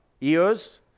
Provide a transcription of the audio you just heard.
ears